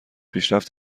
پیشرفت